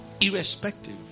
Irrespective